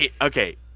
okay